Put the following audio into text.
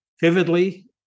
vividly